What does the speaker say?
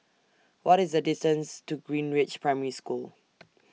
What IS The distance to Greenridge Primary School